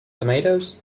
tomatoes